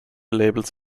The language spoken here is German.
labels